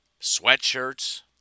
sweatshirts